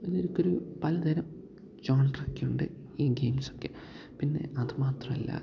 പിന്നെ ഇപ്പോഴൊരു പലതരം ജോൺറൊക്കെയുണ്ട് ഈ ഗെയിംസൊക്കെ പിന്നെ അതു മാത്രമല്ല